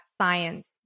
science